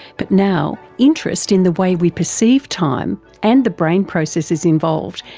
but now, interest in the way we perceive time, and the brain processes involved,